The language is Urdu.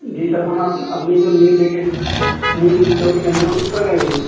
جی سر ہم اپنی جو نیو نیو لوکیشن ہے اس پر گئے ہیں